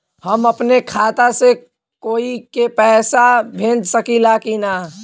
हम अपने खाता से कोई के पैसा भेज सकी ला की ना?